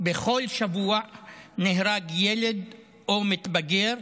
בכל שבוע נהרג ילד או מתבגר,